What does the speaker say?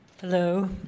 Hello